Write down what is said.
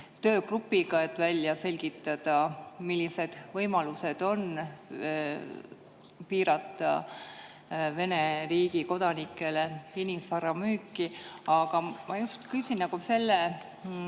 et välja selgitada, millised on võimalused piirata Vene riigi kodanikele kinnisvara müüki. Aga ma küsin sellest